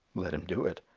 let him do it.